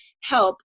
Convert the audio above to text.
help